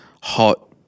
hot